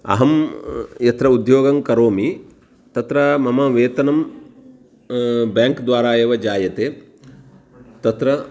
अहं यत्र उद्योगं करोमि तत्र मम वेतनं बेङ्क्द्वारा एव जायते तत्र